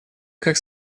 как